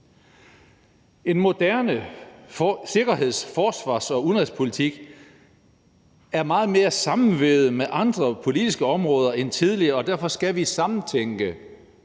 En moderne sikkerheds-, forsvars- og udenrigspolitik er meget mere sammenvævet med andre politiske områder end tidligere, og derfor skal vi samtænke